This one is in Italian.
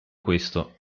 questo